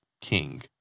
king